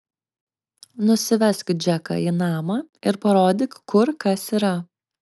nusivesk džeką į namą ir parodyk kur kas yra